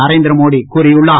நரேந்திரமோடி கூறியுள்ளார்